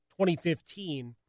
2015